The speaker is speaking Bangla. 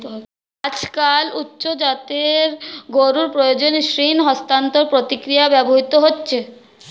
আজকাল উচ্চ জাতের গরুর প্রজননে ভ্রূণ স্থানান্তর প্রক্রিয়া ব্যবহৃত হচ্ছে